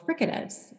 fricatives